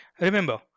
Remember